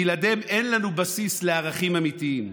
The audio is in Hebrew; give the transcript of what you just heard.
בלעדיהם אין לנו בסיס לערכים אמיתיים.